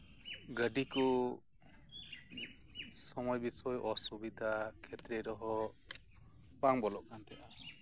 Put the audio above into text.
ᱜᱟᱹᱰᱤ ᱠᱚ ᱥᱚᱢᱚᱭ ᱨᱮ ᱚᱥᱩᱵᱤᱫᱷᱟ ᱠᱷᱮᱹᱛᱨᱮᱹ ᱨᱮᱦᱚᱸ ᱵᱟᱝ ᱵᱚᱞᱚᱜ ᱠᱟᱱ ᱛᱟᱸᱦᱮᱱᱟ